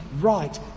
right